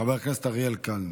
אריאל קלנר.